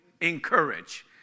ENCOURAGE